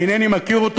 אינני מכיר אותו,